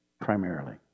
primarily